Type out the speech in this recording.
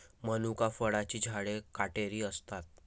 मनुका फळांची झाडे काटेरी असतात